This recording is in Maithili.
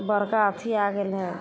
बड़का अथी आ गेल हइ